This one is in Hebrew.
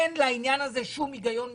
אין לעניין הזה שום היגיון משפטי.